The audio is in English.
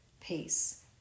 peace